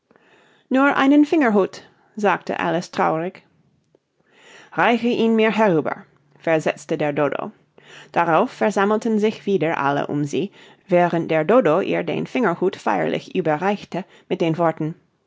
nur einen fingerhut sagte alice traurig reiche ihn mir herüber versetzte der dodo darauf versammelten sich wieder alle um sie während der dodo ihr den fingerhut feierlich überreichte mit den worten